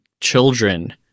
children